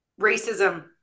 racism